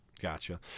Gotcha